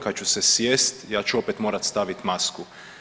Kad ću se sjesti ja ću opet morati staviti masku.